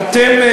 אתם,